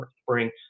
spring